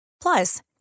Plus